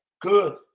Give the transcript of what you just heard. good